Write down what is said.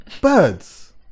birds